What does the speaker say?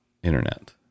internet